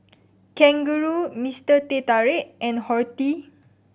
Kangaroo Mister Teh Tarik and Horti